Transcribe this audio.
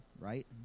right